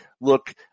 Look